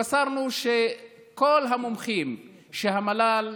התבשרנו שכל המומחים שהמל"ל